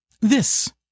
This